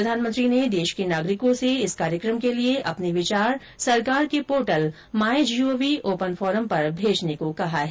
प्रधानमंत्री ने देश के नागरिकों से इस कार्यक्रम के लिये अपने विचार सरकार के portal my GOV open forum पर भेजने को कहा है